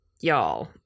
y'all